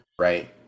right